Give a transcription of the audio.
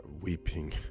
weeping